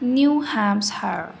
new Hampshire